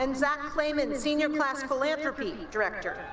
and zach kalyman, senior class philanthropy director